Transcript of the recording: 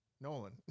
Nolan